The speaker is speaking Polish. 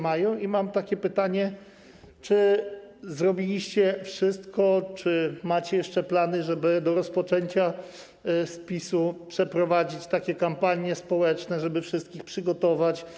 Mam takie pytanie: Czy zrobiliście wszystko, czy macie jeszcze plany, żeby do rozpoczęcia spisu przeprowadzić takie kampanie społeczne, żeby wszystkich przygotować?